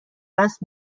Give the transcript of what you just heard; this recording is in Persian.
دست